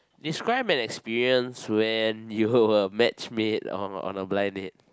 describe an experience when you were matchmade on a blind date